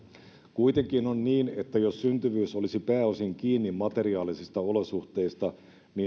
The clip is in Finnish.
kuitenkin on niin että jos syntyvyys olisi pääosin kiinni materiaalisista olosuhteista